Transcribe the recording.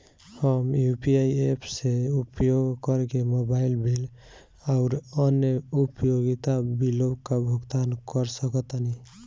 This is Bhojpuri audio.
हम यू.पी.आई ऐप्स के उपयोग करके मोबाइल बिल आउर अन्य उपयोगिता बिलों का भुगतान कर सकतानी